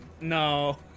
No